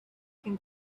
can